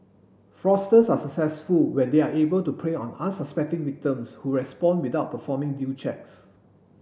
fraudsters are successful when they are able to prey on unsuspecting victims who respond without performing due checks